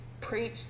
preach